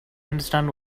understand